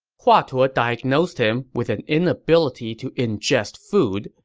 hua tuo diagnosed him with an inability to ingest food,